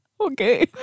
Okay